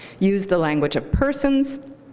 use the language of persons,